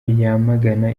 yamagana